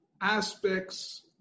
aspects